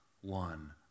one